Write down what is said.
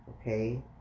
okay